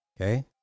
okay